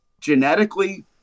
genetically